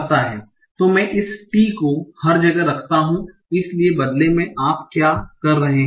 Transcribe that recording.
तो मैं इस t को हर जगह रखता हु संदर्भ समय 3558 इसलिए बदले में आप क्या कर रहे हैं